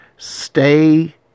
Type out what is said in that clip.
Stay